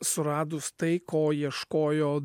suradus tai ko ieškojo